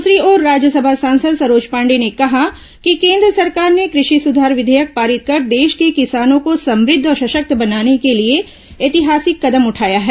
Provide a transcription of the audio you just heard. दूसरी ओर राज्यसभा सांसद सरोज पांडेय ने कहा है कि केन्द्र सरकार ने कृषि सुधार विघेयक पारित कर देश के किसानों को समृद्ध और सशक्त बनाने के लिए ऐतिहासिक कदम उठाया है